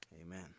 Amen